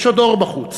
יש עוד אור בחוץ,